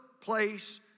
place